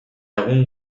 egun